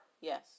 Yes